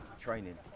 Training